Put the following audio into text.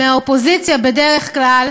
מהאופוזיציה בדרך כלל,